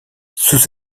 sus